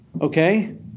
Okay